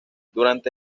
durante